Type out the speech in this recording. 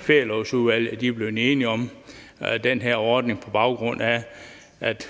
Ferielovsudvalget, er blevet enige om den her ordning, på baggrund af at